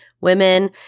women